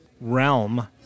realm